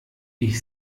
ich